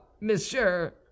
monsieur